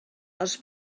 els